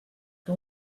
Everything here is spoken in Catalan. que